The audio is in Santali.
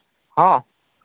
ᱦᱮᱸ